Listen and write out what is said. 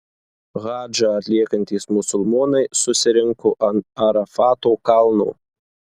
hadžą atliekantys musulmonai susirinko ant arafato kalno